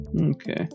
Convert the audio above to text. Okay